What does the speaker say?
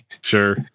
Sure